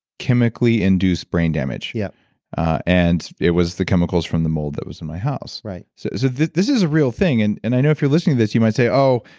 chemically induced brain damage yeah and it was the chemicals from the mold that was in my house. so so this is a real thing. and and i know if you are listening to this you might say, oh,